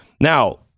now